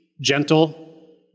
gentle